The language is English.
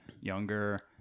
younger